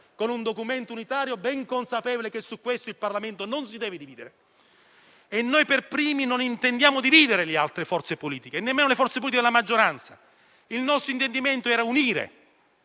con un documento unitario, ben consapevole che su questo il Parlamento non si deve dividere. Noi per primi non intendiamo dividere le altre forze politiche, nemmeno quelle della maggioranza: il nostro intendimento era unire,